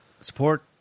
support